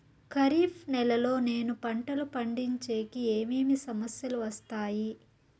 ఖరీఫ్ నెలలో నేను పంటలు పండించేకి ఏమేమి సమస్యలు వస్తాయి?